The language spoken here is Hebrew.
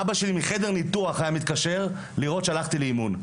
אבא שלי מחדר ניתוח היה מתקשר לראות שהלכתי לאימון,